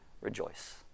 rejoice